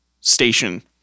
station